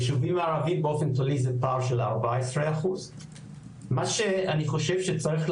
ביישובים הערביים באופן כללי זה פער של 14%. מה שאני חושב שצריך,